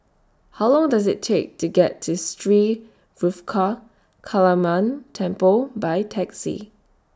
How Long Does IT Take to get to Sri Ruthra Kaliamman Temple By Taxi